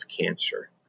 cancer